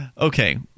okay